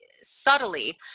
subtly